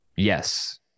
Yes